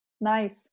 Nice